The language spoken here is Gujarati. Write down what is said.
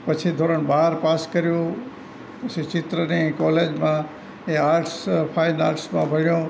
પછી ધોરણ બાર પાસ કર્યું પછી ચિત્રની કોલેજમાં એ આર્ટસ ફાઇન આર્ટસમાં ભણ્યો